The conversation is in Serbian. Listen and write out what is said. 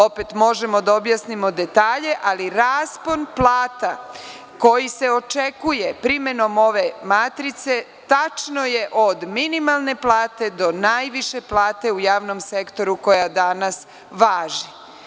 Opet, možemo da objasnimo detalje, ali raspon plata koji se očekuje primenom ove matrice tačno je od minimalne plate do najviše plate u javnom sektoru koja danas važi.